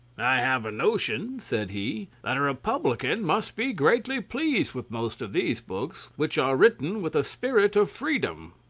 i have a notion, said he, that a republican must be greatly pleased with most of these books, which are written with a spirit of freedom.